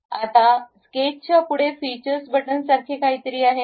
आता स्केच च्या पुढे फीचर्स बटन सारखे काहीतरी आहे